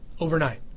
Overnight